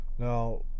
Now